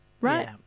right